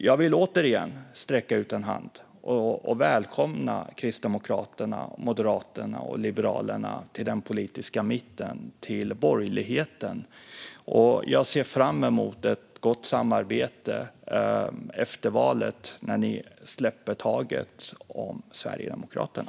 Jag vill återigen sträcka ut en hand och välkomna Kristdemokraterna, Moderaterna och Liberalerna till den politiska mitten, till borgerligheten. Jag ser fram emot ett gott samarbete efter valet, när ni släpper taget om Sverigedemokraterna.